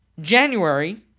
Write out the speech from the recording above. January